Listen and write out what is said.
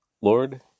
Lord